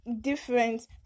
different